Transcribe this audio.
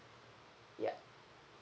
yup